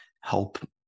help